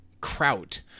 kraut